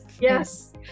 Yes